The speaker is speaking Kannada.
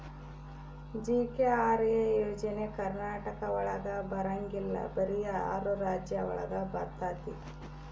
ಜಿ.ಕೆ.ಆರ್.ಎ ಯೋಜನೆ ಕರ್ನಾಟಕ ಒಳಗ ಬರಂಗಿಲ್ಲ ಬರೀ ಆರು ರಾಜ್ಯ ಒಳಗ ಬರ್ತಾತಿ